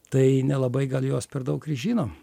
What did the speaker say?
tai nelabai gal jos per daug ir žino